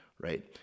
right